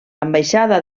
ambaixada